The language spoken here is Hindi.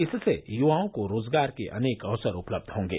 इससे य्वाओं को रोजगार के अनेक अवसर उपलब्ध होंगे